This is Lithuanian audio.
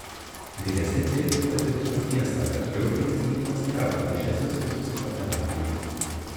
vėlesni tyrimai patvirtino tiesą kad chirurginis gydymas nėra pranašesnis už psichoterapiją